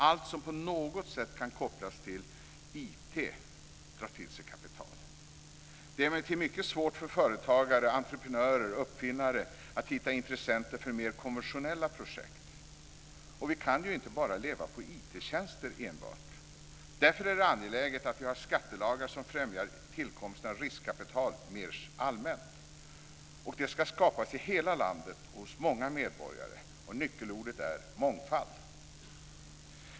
Allt som på något sätt kan kopplas till IT drar till sig kapital. Det är emellertid mycket svårt för företagare, entreprenörer och uppfinnare att hitta intressenter för mer konventionella projekt. Och vi kan ju inte leva på IT-tjänster enbart. Därför är det angeläget att vi har skattelagar som främjar tillkomsten av riskkapital mer allmänt, och det ska skapas i hela landet och hos många medborgare. Nyckelordet är mångfald.